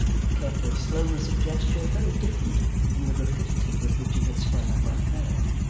with a careful slowness of gesture very different from the rapidity with which he had sprung up unheard,